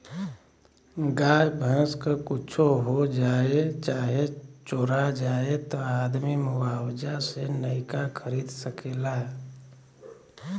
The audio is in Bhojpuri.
गाय भैंस क कुच्छो हो जाए चाहे चोरा जाए त आदमी मुआवजा से नइका खरीद सकेला